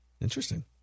Interesting